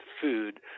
food